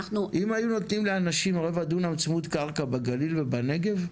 אם היו נותנים לאנשים רבע דונם צמוד קרקע בגליל ובנגב,